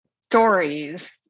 stories